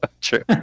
true